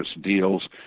deals